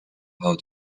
how